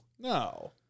No